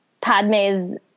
Padme's